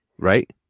right